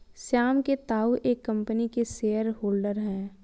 श्याम के ताऊ एक कम्पनी के शेयर होल्डर हैं